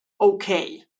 okay